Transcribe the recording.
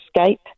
escape